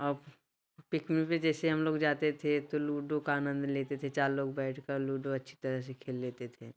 और पिकनिक पे जैसे हम लोग जाते थे तो लुडो का आनंद लेते थे चार लोग बैठ कर लुडो अच्छी तरह से खेल लेते थे